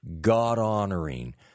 God-honoring